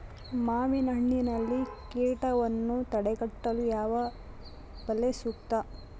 ಮಾವಿನಹಣ್ಣಿನಲ್ಲಿ ಕೇಟವನ್ನು ತಡೆಗಟ್ಟಲು ಯಾವ ಬಲೆ ಸೂಕ್ತ?